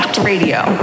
radio